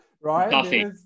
right